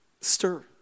stir